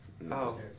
No